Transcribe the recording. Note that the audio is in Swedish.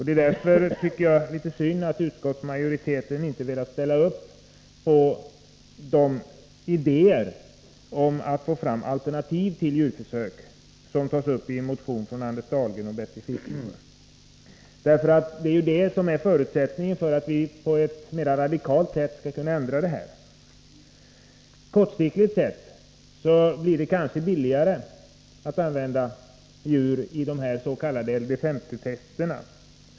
Det är därför litet synd att utskottsmajoriteten inte velat ställa sig bakom de idéer om att få fram alternativ till djurförsök som tas upp i en motion från Anders Dahlgren och Bertil Fiskesjö. Alternativ verksamhet är ju förutsättningen för att vi på ett mer radikalt sätt skall kunna ändra nuvarande förhållanden. Kortsiktigt blir det kanske billigare att använda djur is.k.